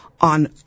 on